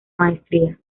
maestría